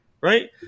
right